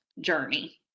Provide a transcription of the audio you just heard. journey